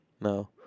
No